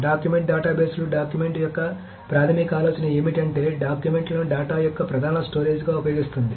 document డేటాబేస్లు document యొక్క ప్రాథమిక ఆలోచన ఏమిటి అంటే డాక్యుమెంట్లను డేటా యొక్క ప్రధాన స్టోరేజ్గా ఉపయోగిస్తుంది